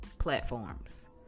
platforms